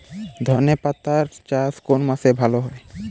ধনেপাতার চাষ কোন মাসে ভালো হয়?